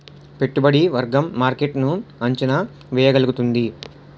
పెట్టుబడి వర్గం మార్కెట్ ను అంచనా వేయగలుగుతుంది